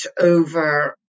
over